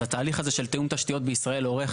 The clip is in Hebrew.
אז התהליך הזה של תיאום תשתיות בישראל אורך